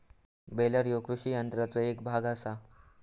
baler ह्यो कृषी यंत्राचो एक भाग आसा